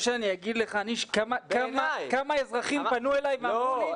שאני אגיד לך כמה אזרחים פנו אלי ואמרו לי,